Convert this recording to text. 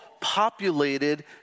populated